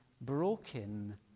broken